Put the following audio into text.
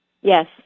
Yes